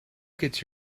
gets